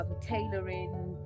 tailoring